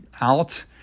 out